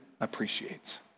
appreciates